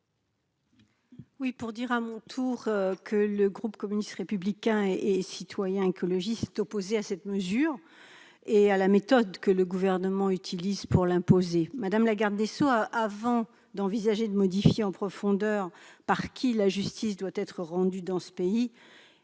Je veux dire à mon tour que le groupe communiste républicain citoyen et écologiste est opposé à cette mesure et à la méthode que le Gouvernement utilise pour l'imposer. Madame la garde des sceaux, avant d'envisager de modifier en profondeur la façon dont la justice doit être rendue dans ce pays,